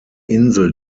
insel